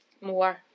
more